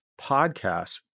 podcasts